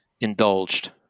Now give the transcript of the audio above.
indulged